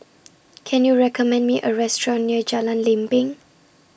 Can YOU recommend Me A Restaurant near Jalan Lempeng